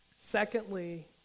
Secondly